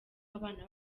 abana